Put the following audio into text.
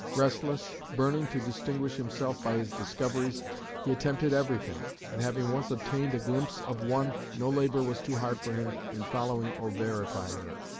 restless, burning to distinguish himself by his discoveries he attempted everything, and having once obtained a glimpse of one, no labour was too hard for him in following or verifying it.